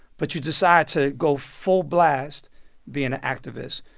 but you decide to go full blast being an activist.